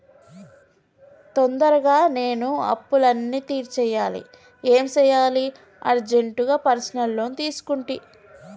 తొందరగా నేను అప్పులన్నీ తీర్చేయాలి ఏం సెయ్యాలి అర్జెంటుగా పర్సనల్ లోన్ తీసుకుంటి